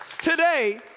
today